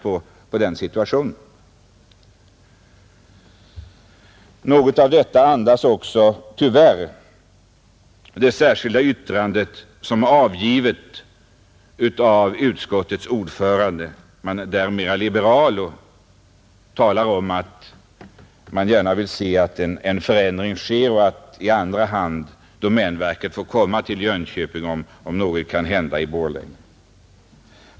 Något av detta andas också tyvärr det särskilda yttrande som avgivits av utskottets ordförande, som visserligen är mer liberal och talar om att han gärna ser en förändring och att domänverket i andra hand får komma till Jönköping, om det inte skulle vara möjligt att förlägga verket till Borlänge.